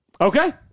Okay